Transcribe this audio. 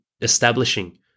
establishing